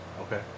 Okay